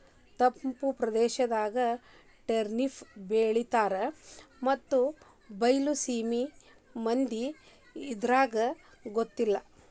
ತಪ್ಪು ಪ್ರದೇಶದಾಗ ಟರ್ನಿಪ್ ಬೆಳಿತಾರ ನಮ್ಮ ಬೈಲಸೇಮಿ ಮಂದಿಗೆ ಇರ್ದಬಗ್ಗೆ ಗೊತ್ತಿಲ್ಲ